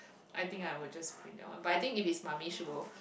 I think I would just bring that one but I think if it's mummy she will